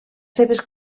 seves